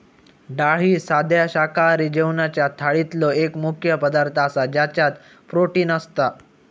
डाळ ही साध्या शाकाहारी जेवणाच्या थाळीतलो एक मुख्य पदार्थ आसा ज्याच्यात प्रोटीन असता